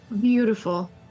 Beautiful